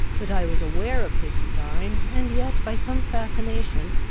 that i was aware of his design, and yet, by some fascination,